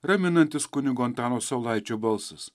raminantis kunigo antano saulaičio balsas